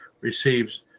receives